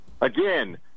Again